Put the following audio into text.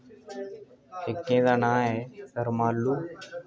इक दा नां ऐ रुमलु